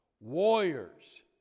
warriors